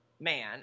man